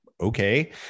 okay